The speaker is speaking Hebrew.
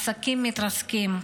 עסקים מתרסקים,